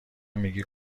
میگی